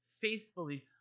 faithfully